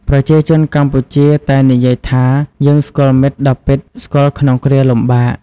ប្រជាជនកម្ពុជាតែងតែនិយាយថា “យើងស្គាល់មិត្តដ៏ពិតស្គាល់ក្នុងគ្រាលំបាក”។